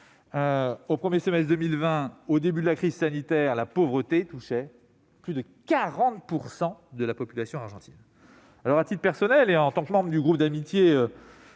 Au premier semestre 2020, au début de la crise sanitaire, la pauvreté touchait plus de 40 % de la population argentine. À titre personnel, mais aussi en tant que membre du groupe d'amitié